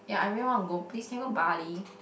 yeah I really want to go please can go Bali